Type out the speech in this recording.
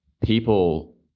people